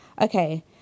okay